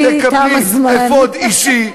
תקבלי אפוד אישי,